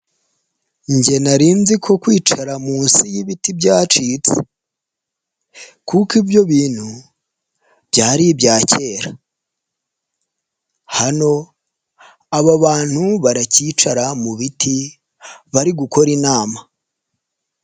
Njye nari nzi ko kwicara munsi y'ibiti byacitse kuko ibyo bintu byari ibya kera. Hano aba bantu baracyicara mu biti, bari gukora inama.